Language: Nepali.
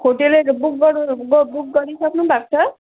होटेलहरू बुक गरि बुक गरिसक्नु भएको छ